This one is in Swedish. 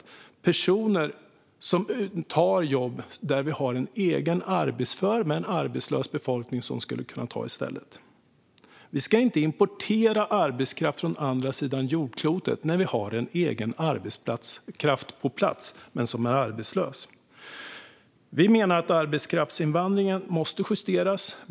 Det är personer som tar jobb där vi har en egen arbetsför, men arbetslös, befolkning som i stället skulle kunna ta jobben. Vi ska inte importera arbetskraft från andra sidan jordklotet när vi har egen arbetskraft på plats som är arbetslös. Vi menar att arbetskraftsinvandringen måste justeras.